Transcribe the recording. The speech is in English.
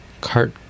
cart